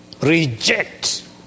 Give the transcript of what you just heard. reject